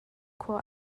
khua